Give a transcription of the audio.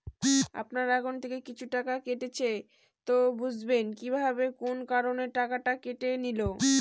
আপনার একাউন্ট থেকে কিছু টাকা কেটেছে তো বুঝবেন কিভাবে কোন কারণে টাকাটা কেটে নিল?